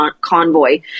convoy